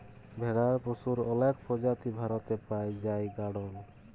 ভেড়ার পশুর অলেক প্রজাতি ভারতে পাই জাই গাড়ল